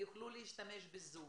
יוכלו להשתמש בזום,